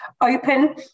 open